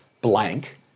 blank